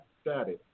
status